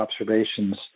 observations